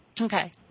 Okay